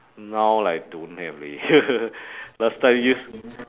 now like don't have leh last time used